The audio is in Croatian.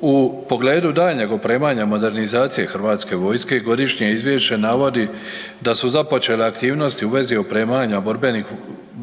U pogledu daljnjeg opremanja modernizacije Hrvatske vojske i godišnje izvješće navodi da su započele aktivnosti u vezi opremanja